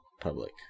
public